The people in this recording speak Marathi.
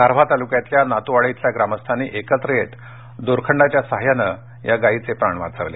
दारव्हा तालुक्यातल्या नातुवाडी इथल्या ग्रामस्थांनी एकत्र येत दोरखंडाच्या साहाय्यानं या गायीचे प्राण वाचवले